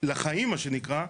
לחיים מה שנקרא,